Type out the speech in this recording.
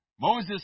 Moses